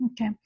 Okay